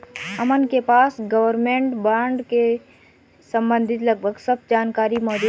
अमन के पास government bond से सम्बंधित लगभग सब जानकारी मौजूद है